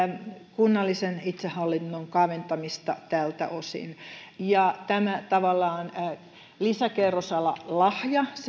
kunnallisen itsehallinnon kaventamista tältä osin tämä lisäkerrosalalahjahan